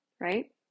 right